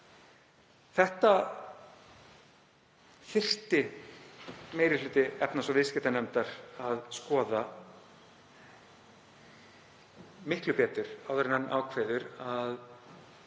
Þetta þyrfti meiri hluti efnahags- og viðskiptanefndar að skoða miklu betur áður en hann ákveður að